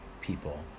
people